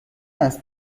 است